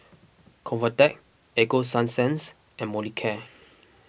Convatec Ego Sunsense and Molicare